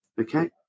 Okay